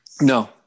no